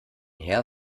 heer